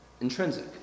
intrinsic